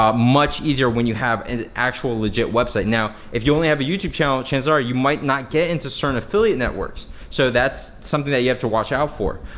um much easier when you have an actual, legit website. now if you only have a youtube channel chances are you might not get into certain affiliate networks. so that's something that you have to watch out for.